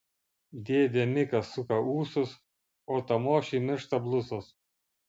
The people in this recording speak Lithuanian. dėdė mikas suka ūsus o tamošiui miršta blusos